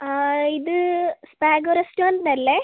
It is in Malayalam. ആ ഇത് സ്പാഗോ റെസ്റ്റോറൻ്റല്ലേ